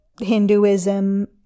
Hinduism